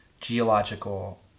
geological